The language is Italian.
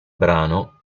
brano